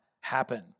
happen